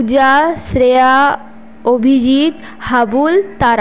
Puja Shreya Abhijit Habul